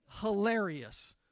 Hilarious